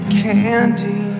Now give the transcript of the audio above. candy